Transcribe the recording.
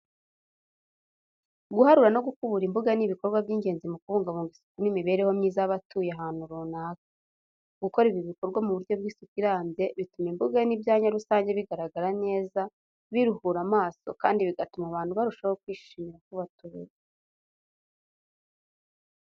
Guharura no gukubura imbuga ni ibikorwa by’ingenzi mu kubungabunga isuku n’imibereho myiza y’abatuye ahantu runaka. Gukora ibi bikorwa mu buryo bw’isuku irambye bituma imbuga n’ibyanya rusange bigaragara neza, biruhura amaso kandi bigatuma abantu barushaho kwishimira aho batuye.